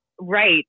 Right